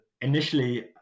initially